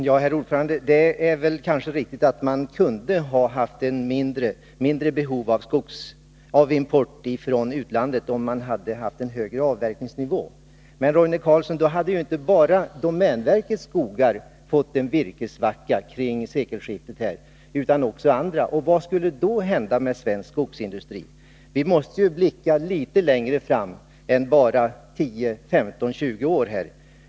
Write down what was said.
Herr talman! Det är kanske riktigt att man kunde ha haft ett mindre behov av import från utlandet om man hade haft en högre avverkningsnivå. Men, Roine Carlsson, då hade inte bara domänverkets skogar utan också andra fått en virkessvacka kring sekelskiftet, och vad skulle då hända med svensk skogsindustri? Vi måste blicka litet längre fram än 10-15-20 år.